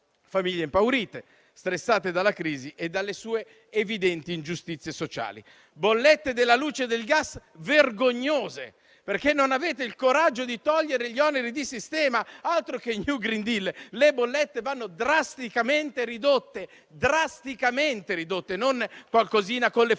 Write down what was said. famiglie sono impaurite, stressate dalla crisi e dalle sue evidenti ingiustizie sociali; le bollette della luce e del gas sono vergognose, perché non avete il coraggio di togliere gli oneri di sistema. Altro che *new green deal*! Le bollette vanno drasticamente ridotte, e non di qualcosina con le forbicine,